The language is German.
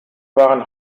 waren